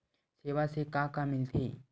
सेवा से का का मिलथे?